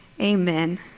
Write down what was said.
amen